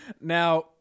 Now